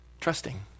trusting